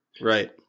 Right